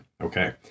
Okay